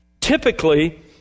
Typically